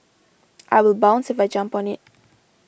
I will bounce if I jump on it